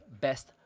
best